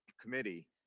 committee